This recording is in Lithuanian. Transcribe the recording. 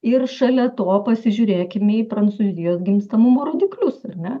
ir šalia to pasižiūrėkime į prancūzijos gimstamumo rodiklius ar ne